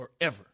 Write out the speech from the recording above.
forever